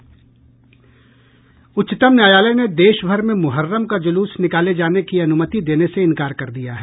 उच्चतम न्यायालय ने देशभर में मुहर्रम का जुलूस निकाले जाने की अनुमति देने से इनकार कर दिया है